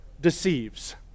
deceives